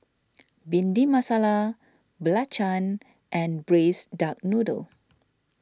Bhindi Masala Belacan and Braised Duck Noodle